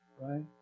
right